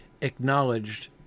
acknowledged